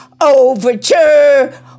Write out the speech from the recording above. overture